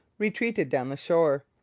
retreated down the shore.